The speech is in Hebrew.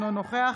אינו נוכח